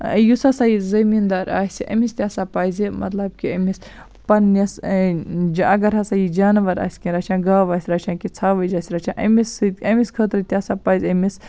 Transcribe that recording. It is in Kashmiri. یُس ہسا یہِ زمیٖنددار آسہِ أمِس تہِ ہسا پَزِ مطلب کہِ أمِس پنٛنِس اگر ہسا یہِ جانوَر آسہِ کیٚنہہ رچھان گاوٕ آسہِ رچھان کیٚنہہ ژھاوٕج آسہِ رچھان أمِس سۭتۍ أمِس خٲطرٕ تہِ ہسا پَزِ أمِس